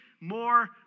more